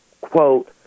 quote